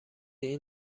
این